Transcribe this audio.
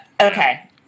Okay